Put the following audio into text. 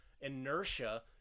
inertia